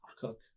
cook